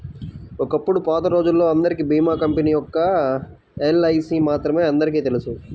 ఒకప్పుడు పాతరోజుల్లో అందరికీ భీమా కంపెనీ ఒక్క ఎల్ఐసీ మాత్రమే అందరికీ తెలుసు